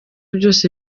byose